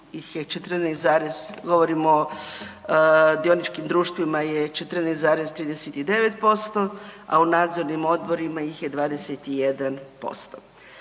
govorimo dioničkim društvima je 14,39%, a u nadzornim odborima ih je 21%.